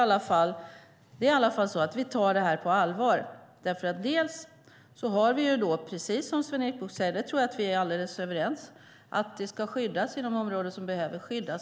Vi tar i alla fall det här på allvar, för områden som behöver skyddas ska skyddas, precis som Sven-Erik Bucht säger, och där tror jag att vi är helt överens.